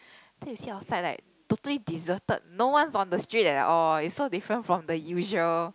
then you see outside like totally deserted no one on the street at all it so different from the usual